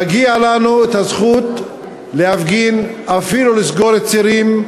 מגיעה לנו הזכות להפגין, אפילו לסגור צירים.